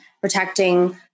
protecting